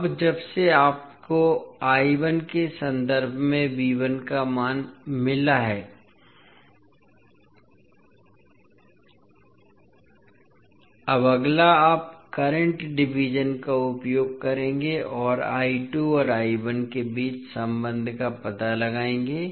अब जब से आपको के संदर्भ में का मान मिला है अब अगला आप करंट डिवीज़न का उपयोग करेंगे और और के बीच संबंध का पता लगाएंगे